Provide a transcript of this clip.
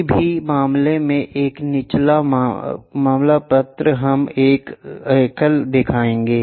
किसी भी मामले में एक निचला मामला पत्र हम एक एकल दिखाएगा